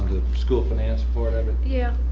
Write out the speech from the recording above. school finance part of it? yeah.